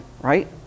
right